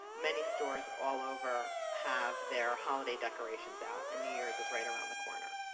many stores all over have their holiday decorations out and new year's is right around the corner.